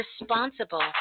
responsible